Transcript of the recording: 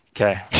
okay